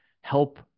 help